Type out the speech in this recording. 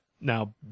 now